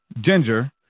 Ginger